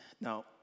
Now